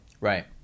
Right